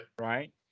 Right